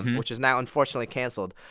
which is now unfortunately canceled.